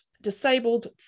disabled